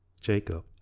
Jacob